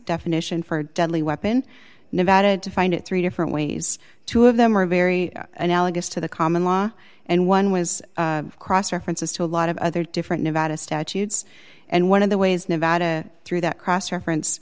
definition for a deadly weapon nevada defined it three different ways two of them are very analogous to the common law and one was cross references to a lot of other different nevada statutes and one of the ways nevada through that cross reference